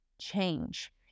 change